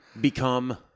become